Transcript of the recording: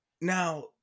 Now